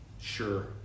Sure